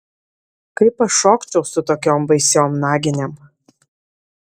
kaip aš šokčiau su tokiom baisiom naginėm